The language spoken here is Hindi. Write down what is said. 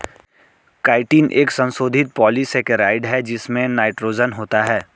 काइटिन एक संशोधित पॉलीसेकेराइड है जिसमें नाइट्रोजन होता है